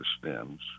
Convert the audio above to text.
stems